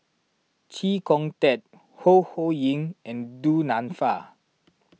Chee Kong Tet Ho Ho Ying and Du Nanfa